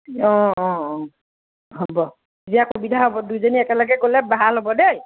অঁ অঁ হ'ব দিয়া সুবিধা হ'ব দুইজনী একেলগে গ'লে ভাল হ'ব দেই